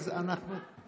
אז אנחנו,